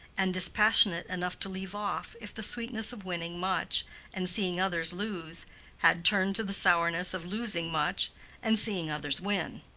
and dispassionate enough to leave off if the sweetness of winning much and seeing others lose had turned to the sourness of losing much and seeing others win.